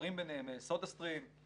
המוכרים ביניהם סודה סטרים ואחרים,